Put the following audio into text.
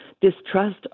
distrust